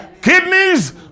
kidneys